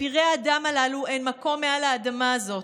לפראי האדם הללו אין מקום על האדמה הזאת,